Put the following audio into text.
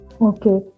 Okay